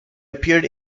appeared